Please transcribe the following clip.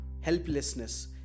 helplessness